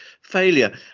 failure